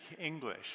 English